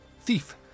Thief